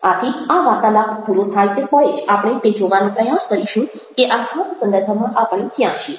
આથી આ વાર્તાલાપ પૂરો થાય તે પળે જ આપણે તે જોવાનો પ્રયાસ કરીશું કે આ ખાસ સંદર્ભમાં આપણે ક્યાં છીએ